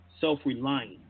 self-reliant